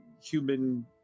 human